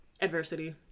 adversity